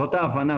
זאת ההבנה,